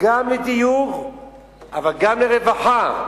גם לדיור אבל גם לרווחה,